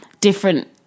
different